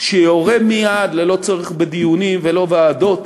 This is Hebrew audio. שיורה מייד, ללא צורך בדיונים ולא בוועדות,